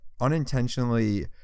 unintentionally